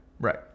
Right